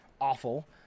awful